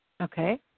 Okay